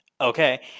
Okay